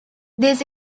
this